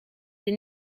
des